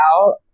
out